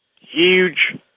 Huge